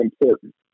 important